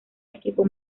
equipo